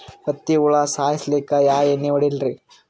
ಹತ್ತಿ ಹುಳ ಸಾಯ್ಸಲ್ಲಿಕ್ಕಿ ಯಾ ಎಣ್ಣಿ ಹೊಡಿಲಿರಿ?